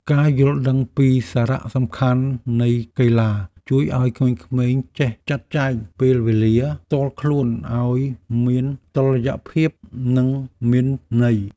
ការយល់ដឹងពីសារៈសំខាន់នៃកីឡាជួយឱ្យក្មេងៗចេះចាត់ចែងពេលវេលាផ្ទាល់ខ្លួនឱ្យមានតុល្យភាពនិងមានន័យ។